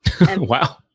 wow